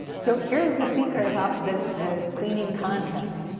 so, here's the secret about the the cleaning contest.